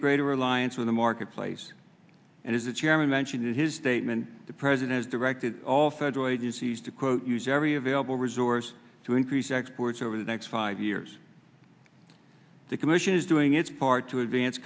a greater alliance with the marketplace and as the chairman mentioned in his statement the president has directed all federal agencies to quote use every available resource to increase exports over the next five years the commission is doing its part to advance